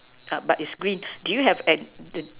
err but it's green do you have an the